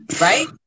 right